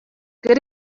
good